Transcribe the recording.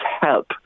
help